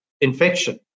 infection